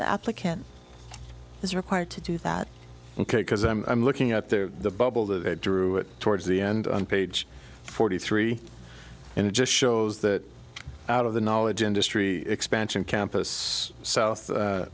the applicant is required to do that ok because i'm looking at the bubble that drew it towards the end on page forty three and it just shows that out of the knowledge industry expansion campus so